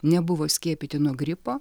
nebuvo skiepyti nuo gripo